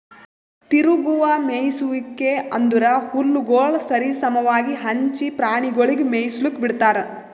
ತಿರುಗುವ ಮೇಯಿಸುವಿಕೆ ಅಂದುರ್ ಹುಲ್ಲುಗೊಳ್ ಸರಿ ಸಮವಾಗಿ ಹಂಚಿ ಪ್ರಾಣಿಗೊಳಿಗ್ ಮೇಯಿಸ್ಲುಕ್ ಬಿಡ್ತಾರ್